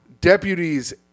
Deputies